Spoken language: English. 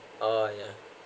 orh yeah